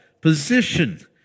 position